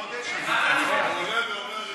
הצעת חבר הכנסת